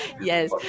yes